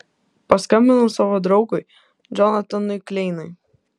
paskambinau savo draugui džonatanui kleinui